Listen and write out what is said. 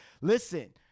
listen